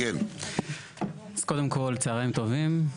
קודם כל, צהריים טובים.